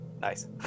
Nice